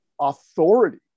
authority